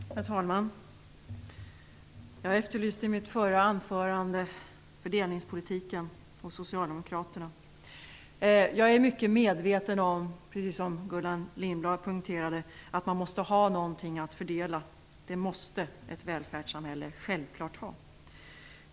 Herr talman! Jag efterlyste i mitt förra anförande Socialdemokraternas fördelningspolitik. Jag är mycket medveten om att man måste ha någonting att fördela, precis som Gullan Lindblad poängterade. Det måste ett välfärdssamhälle självfallet ha.